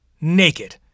naked